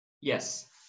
Yes